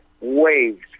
waves